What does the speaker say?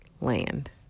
land